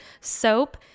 soap